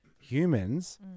humans